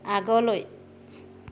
আগলৈ